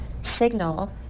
signal